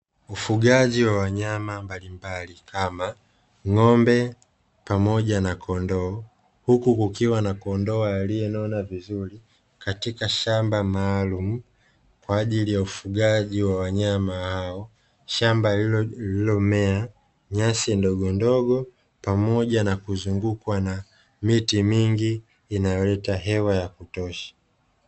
Ufugaji wa wanyamba mbalimbali kama ng'ombe pamoja na kondoo huku kukiwa na kondoo aliyenona vizuri katika shamba maalumu kwajili ya ufugaji wa wanyama hao. Shamba lililomea nyasi ndogondogo pamoja na kuzungukwa na miti mingi inayoleta hewa ya kutosha.